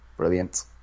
brilliant